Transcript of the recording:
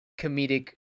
comedic